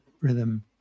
rhythm